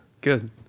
Good